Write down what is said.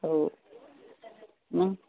हो